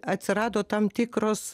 atsirado tam tikros